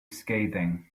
scathing